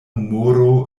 humoro